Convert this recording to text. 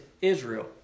Israel